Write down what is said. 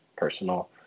personal